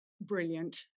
brilliant